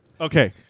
Okay